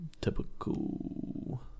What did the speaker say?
typical